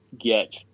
get